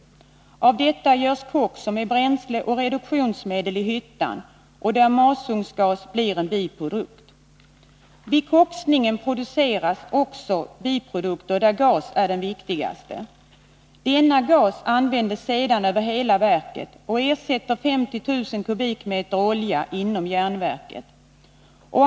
Av detta görs koks, som är bränsle och reduktionsmedel i hyttan och där masugnsgas blir en biprodukt. Vid koksningen produceras också biprodukter, där gas är den viktigaste. Denna gas används sedan över hela verket och ersätter 50 000 kubikmeter olja inom järnverket.